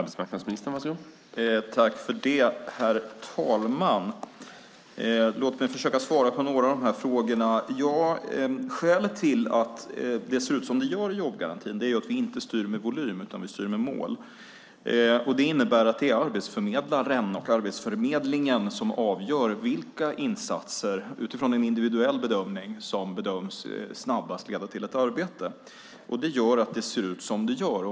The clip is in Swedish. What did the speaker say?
Herr talman! Låt mig försöka svara på några av de här frågorna. Skälet till att det ser ut som det gör i jobbgarantin är att vi inte styr med volym, utan vi styr med mål. Det innebär att det är arbetsförmedlaren och Arbetsförmedlingen som avgör vilka insatser, utifrån en individuell bedömning, som snabbast kan leda till ett arbete. Det gör att det ser ut som det gör.